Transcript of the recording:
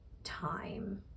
time